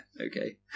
okay